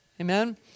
Amen